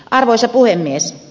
arvoisa puhemies